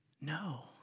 No